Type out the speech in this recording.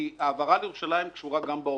כי העברה לירושלים קשורה גם בעובדים.